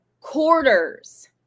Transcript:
quarters